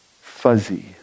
fuzzy